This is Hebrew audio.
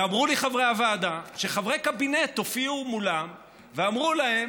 ואמרו לי חברי הוועדה שחברי קבינט הופיעו מולם ואמרו להם: